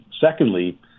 Secondly